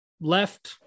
left